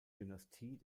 dynastie